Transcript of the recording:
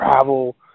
travel